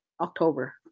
October